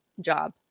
job